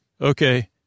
okay